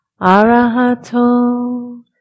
Arahato